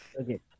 okay